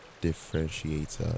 differentiates